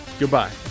Goodbye